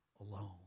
alone